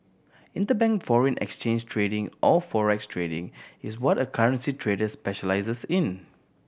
interbank foreign exchange trading or forex trading is what a currency trader specialises in